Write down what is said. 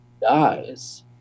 dies